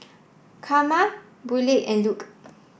Carma Burleigh and Luc